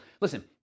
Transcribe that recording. Listen